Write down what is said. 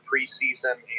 preseason